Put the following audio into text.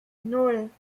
nan